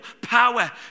power